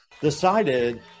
decided